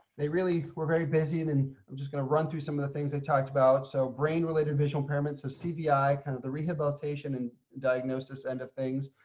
they really were very busy and and i'm just going to run through some of the things they talked about so, brain related visual elements of so cvi kind of the rehabilitation and diagnosis end of things.